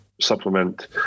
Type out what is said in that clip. supplement